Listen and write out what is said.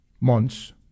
months